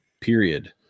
Period